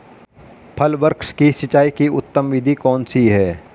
फल वृक्ष की सिंचाई की उत्तम विधि कौन सी है?